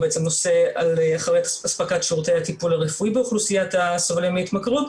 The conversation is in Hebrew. הוא נושא על אספקת שירותי הטיפול הרפואי באוכלוסיית הסובלים מהתמכרות.